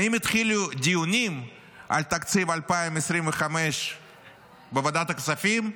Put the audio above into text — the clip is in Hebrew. האם התחילו דיונים על תקציב 2025 בוועדת הכספים?